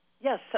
Yes